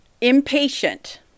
Impatient